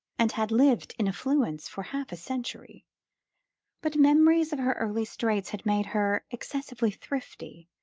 and had lived in affluence for half a century but memories of her early straits had made her excessively thrifty,